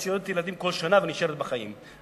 שיולדת ילדים כל שנה ונשארת בחיים,